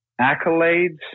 accolades